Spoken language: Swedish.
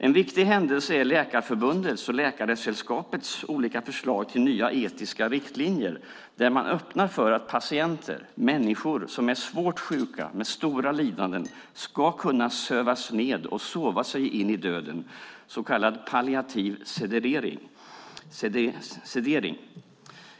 En viktig händelse är Läkarförbundets och Läkaresällskapets olika förslag till nya etiska riktlinjer, där man öppnar för att patienter - människor - som är svårt sjuka med stora lidanden ska kunna sövas ned och sova sig in i döden, så kallad palliativ sedering.